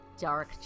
dark